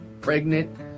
pregnant